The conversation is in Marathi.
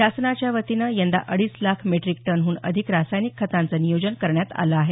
शासनाच्यावतीनं यंदा अडीच लाख मेट्रीक टनहून अधिक रासायनिक खतांचं नियोजन करण्यात आलं आहे